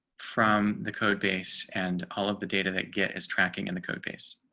from the code base, and all of the data that get as tracking in the code base.